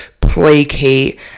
placate